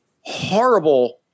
horrible